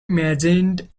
imagined